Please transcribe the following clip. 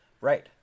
right